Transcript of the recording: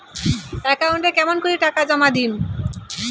একাউন্টে কেমন করি টাকা জমা দিম?